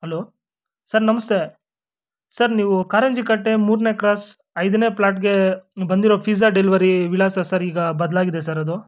hello sir ನಮಸ್ತೆ sir ನೀವು ಕಾರಂಜಿ ಕಟ್ಟೆ ಮೂರನೇ ಕ್ರಾಸ್ ಐದನೇ ಫ್ಲಾಟ್ಗೆ ಬಂದಿರೋ ಪಿಜ್ಜಾ ಡೆಲಿವರಿ ವಿಳಾಸ ಸರ್ ಈಗ ಬದಲಾಗಿದೆ ಸರ್ ಅದು